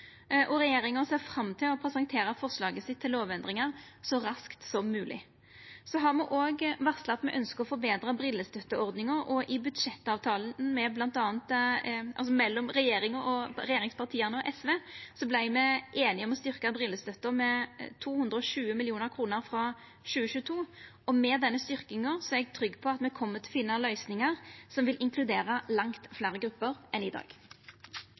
Regjeringa ser fram til å presentera forslaget sitt til lovendringar så raskt som mogleg. Så har me òg varsla at me ønskjer å forbetra brillestøtteordninga. I budsjettavtalen mellom regjeringspartia og SV vart me einige om å styrkja brillestøtta med 220 mill. kr frå 2022. Med denne styrkinga er eg trygg på at me kjem til å finna løysingar som vil inkludera langt fleire grupper enn i dag.